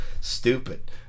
stupid